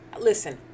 listen